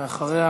ואחריה